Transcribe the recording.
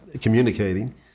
communicating